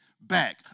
back